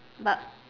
but